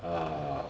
uh